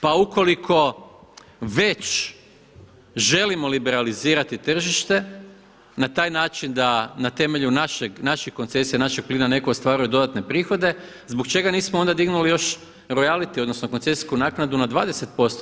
Pa ukoliko već želimo liberalizirati tržište na taj način da na temelju naših koncesija, našeg plina netko ostvaruje dodatne prihode, zbog čega nismo onda dignuli još royality odnosno koncesijsku naknadu na 20%